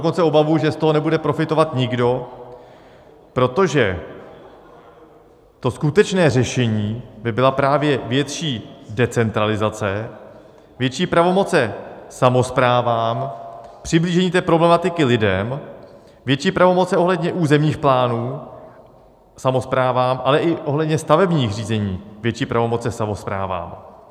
Mám dokonce obavu, že z toho nebude profitovat nikdo, protože to skutečné řešení by byla právě větší decentralizace, větší pravomoce samosprávám, přiblížení té problematiky lidem, větší pravomoce ohledně územních plánů samosprávám, ale i ohledně stavebních řízení větší pravomoce samosprávám.